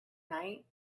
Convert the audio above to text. night